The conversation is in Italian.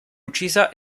uccisa